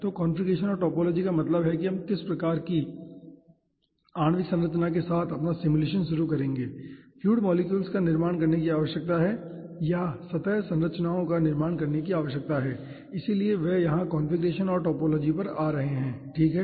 तो कॉन्फ़िगरेशन और टोपोलॉजी का मतलब है कि हम किस प्रकार की आणविक संरचना के साथ अपना सिमुलेशन शुरू करेंगे फ्लूइड मोलेक्युल्स का निर्माण करने की आवश्यकता है या सतह संरचनाओं का निर्माण करने की आवश्यकता है इसलिए वे यहां कॉन्फ़िगरेशन और टोपोलॉजी पर आ रहे हैं ठीक है